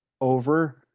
over